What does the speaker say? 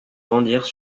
rendirent